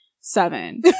seven